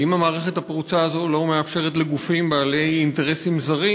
האם המערכת הפרוצה הזאת לא מאפשרת לגופים בעלי אינטרסים זרים